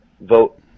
vote